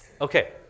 Okay